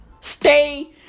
Stay